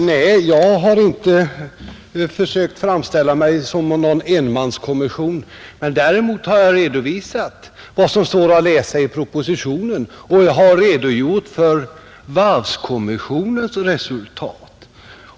Herr talman! Nej, jag har inte försökt framställa mig som någon enmanskommission. Däremot har jag redovisat vad som står att läsa i propositionen och redogjort för varvskommissionens resultat.